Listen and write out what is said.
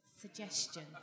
suggestion